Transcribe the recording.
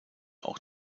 auch